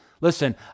Listen